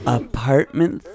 apartment